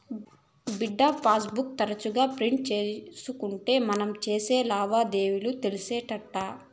బిడ్డా, passbook తరచుగా print తీయకుంటే మనం సేసే లావాదేవీలు తెలిసేటెట్టా